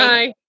Bye